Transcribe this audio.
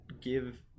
give